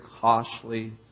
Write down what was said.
costly